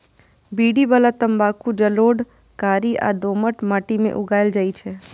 बीड़ी बला तंबाकू जलोढ़, कारी आ दोमट माटि मे उगायल जाइ छै